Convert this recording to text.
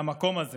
מהמקום הזה